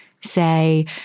say